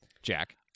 Jack